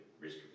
risk